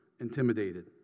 intimidated